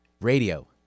Radio